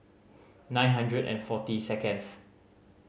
nine hundred and forty second